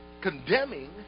condemning